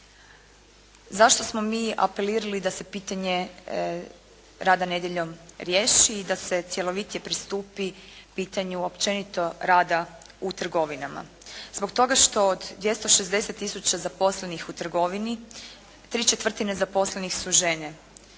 Zašto smo mi apelirali da se pitanje rada nedjeljom riješi i da se cjelovitije pristupi pitanju općenito rada u trgovinama? Zbog toga što od 260 tisuća zaposlenih u trgovini tri četvrtine zaposlenih su žene.